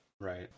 Right